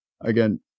again